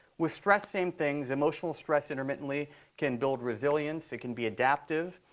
with stress, same things, emotional stress intermittently can build resilience. it can be adaptive.